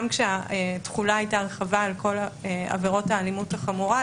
גם כאשר התחולה הייתה רחבה על כל עבירות האלימות החמורה,